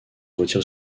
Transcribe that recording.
retire